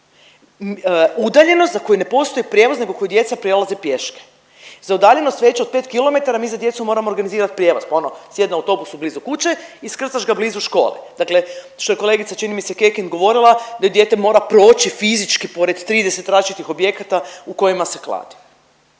udaljenost za koju ne postoji prijevoz nego koju djeca prelaze pješke. Za udaljenost veću od 5 kilometara mi za djecu moramo organizirati prijevoz pa ono sjedne u autobus blizu kuće, iskrcaš ga blizu škole. Dakle, što je kolegica čini mi se Kekin govorila da joj dijete mora proći fizički pored 30 različitih objekata u kojima se kladi.